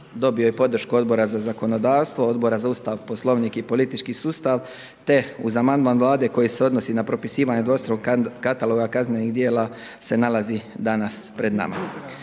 Dobio je podršku Odbora za zakonodavstvo, Odbora za Ustav, Poslovnik i politički sustav, te uz amandman Vlade koji se odnosi na propisivanje dvostrukog kataloga kaznenih djela se nalazi danas pred nama.